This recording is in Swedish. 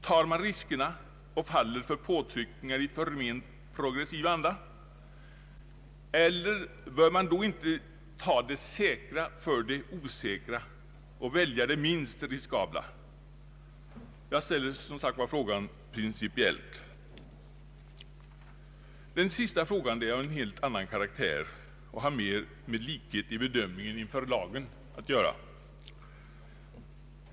Tar man riskerna och faller för påtryckningar i förment progressiv anda? Bör man då inte ta det säkra för det osäkra och välja det minst riskabla? Jag ställer som sagt frågan principiellt. Den sista frågan är av en helt annan karaktär och har mer att göra med bedömningen med likhet inför lagen.